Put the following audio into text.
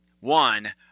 One